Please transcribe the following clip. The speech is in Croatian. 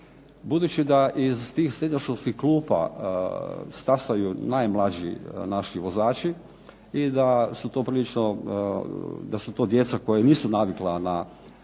Budući da iz tih srednjoškolskih klupa stasaju najmlađi naši vozači i da su to prilično, da su to djeca koja nisu navikla na